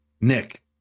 Nick